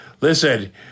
Listen